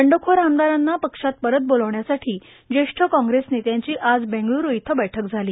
बंडखोर आमदारांना पक्षात परत बोलावण्यासाठी ज्वे ठ क्वॅंग्रेस नेत्यांची आज बेंगलुरू इयं बैठक झाली